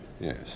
Yes